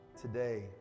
today